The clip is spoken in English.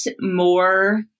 more